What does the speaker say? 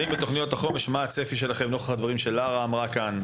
מה הצפי שלכם בתוכניות החומש נוכח הדברים שלארה אמרה כאן?